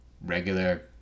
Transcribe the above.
regular